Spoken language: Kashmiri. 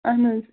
اہن حظ